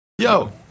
Yo